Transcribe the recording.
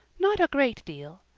not a great deal.